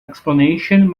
explanation